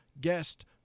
guest